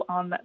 on